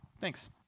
Thanks